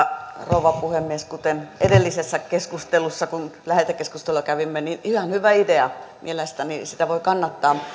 puhemies kuten se tuli esiin edellisessä keskustelussa kun lähetekeskustelua kävimme ihan hyvä idea mielestäni sitä voi kannattaa